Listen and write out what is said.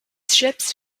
ships